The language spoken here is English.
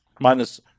minus